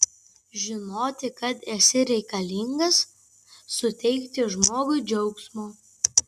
žinoti kad esi reikalingas suteikti žmogui džiaugsmo